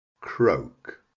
croak